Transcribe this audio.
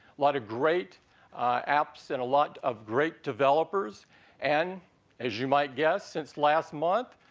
lot of great apps and a lot of great developers and as you might guess since last month,